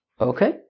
Okay